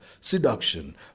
seduction